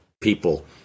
people